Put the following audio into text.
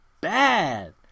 bad